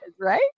Right